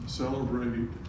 celebrate